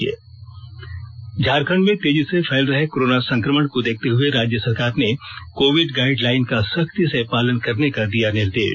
ने झारखंड में तेजी से फैल रहे कोरोना संक्रमण को देखते हुए राज्य सरकार ने कोविड गाइडलाइन का सख्ती से पालन करने का दिया निर्देश